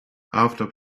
after